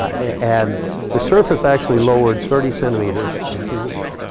and the surface actually lowered thirty centimeters in two weeks.